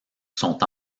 sont